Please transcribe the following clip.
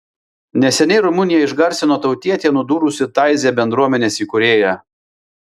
neseniai rumuniją išgarsino tautietė nudūrusi taizė bendruomenės įkūrėją